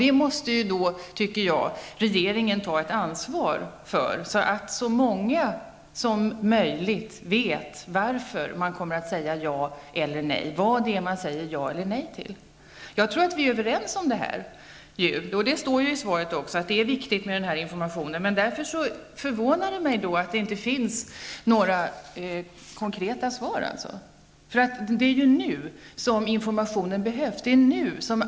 Detta måste regeringen ta ett ansvar för, så att så många som möjligt vet varför man kommer att säga ja eller nej, och vad det är som man säger ja eller nej till. Jag tror att statsrådet och jag är överens om detta. Det står ju också i svaret att den här informationen är viktig. Därför förvånar det mig att det inte finns några konkreta svar. Det är nu som informationen behövs.